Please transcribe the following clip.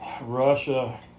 Russia